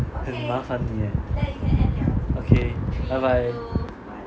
eh 很麻烦你 eh okay bye bye